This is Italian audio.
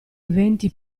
eventi